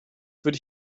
würde